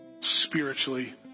spiritually